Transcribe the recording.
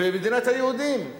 ומדינת היהודים.